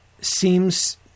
seems